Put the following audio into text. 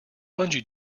bungee